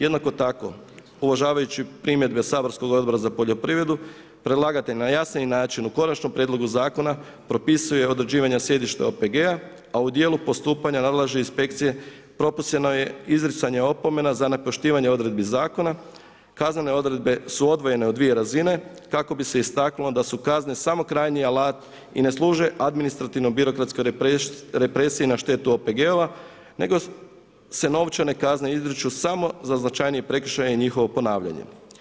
Jednako tako, uvažavajući primjedbe saborskog Odbora za poljoprivredu, predlagatelj na jasniji način u konačnom prijedlogu zakona propisuje određivanje sjedišta OPG-a a u djelu postupanja nadležne inspekcije proporcionalno je izricanje opomena za nepoštivanje odredbi zakona, kaznene odredbe su odvojene u svije razine kako bi se istaknulo da su kazne samo krajnji alat i ne služe administrativnoj birokratskoj represiji na štetu OPG-ova nego se novčane kazne izriču samo za značajniji prekršaj i njihovo ponavljanje.